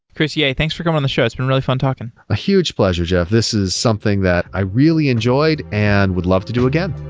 chris yeah yeh, thanks for coming on the show. it's been really fun talking. a huge pleasure, jeff. this is something that i really enjoyed and would love to do again.